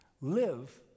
live